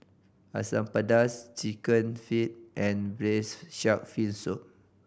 Asam Pedas Chicken Feet and Braised Shark Fin Soup